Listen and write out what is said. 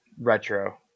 Retro